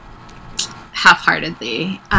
half-heartedly